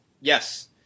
Yes